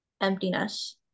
emptiness